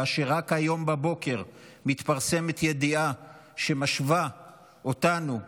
כאשר רק היום בבוקר מתפרסמת ידיעה שמשווה אותנו,